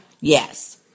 Yes